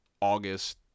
August